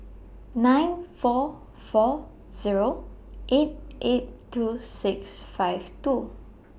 nine four four Zero eight eight two six five two